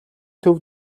төв